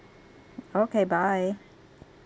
okay bye